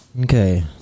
Okay